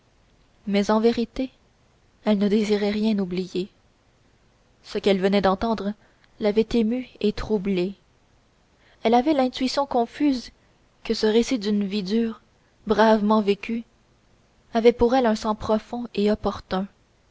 mais en vérité elle ne désirait rien oublier ce qu'elle venait d'entendre l'avait émue et troublée elle avait l'intuition confuse que ce récit d'une vie dure bravement vécue avait pour elle un sens profond et opportun